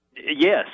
Yes